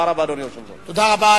אדוני היושב-ראש, תודה רבה.